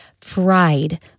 fried